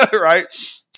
Right